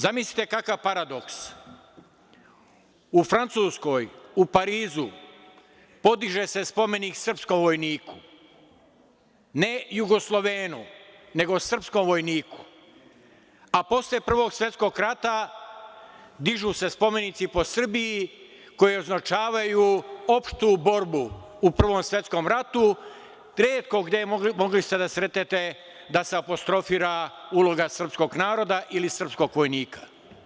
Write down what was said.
Zamislite, kakav paradoks, u Francuskoj, u Parizu, podiže se spomenik srpskom vojniku, ne Jugoslovenu nego srpskom vojniku, a posle Prvog svetskog rata dižu se spomenici po Srbiji koji označavaju opštu borbu u Prvom svetskom ratu, retko gde ste mogli da sretnete da se apostrofira uloga srpskog naroda ili srpskog vojnika.